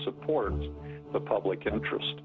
supports the public interest